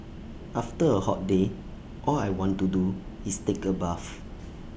after A hot day all I want to do is take A bath